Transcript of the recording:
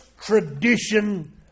tradition